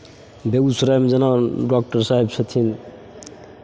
बेगूसरायमे जेना डॉक्टर साहेब छथिन